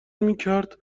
میکرد